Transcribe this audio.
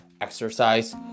exercise